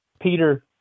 peter